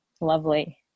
lovely